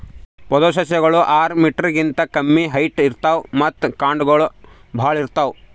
ಪೊದೆಸಸ್ಯಗೋಳು ಆರ್ ಮೀಟರ್ ಗಿಂತಾ ಕಮ್ಮಿ ಹೈಟ್ ಇರ್ತವ್ ಮತ್ತ್ ಕಾಂಡಗೊಳ್ ಭಾಳ್ ಇರ್ತವ್